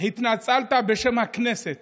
התנצלת בשם הכנסת